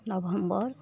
November